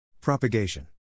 Propagation